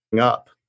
up